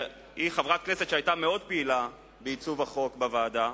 והיא חברת כנסת שהיתה מאוד פעילה בעיצוב החוק בוועדה.